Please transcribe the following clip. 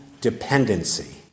dependency